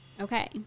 Okay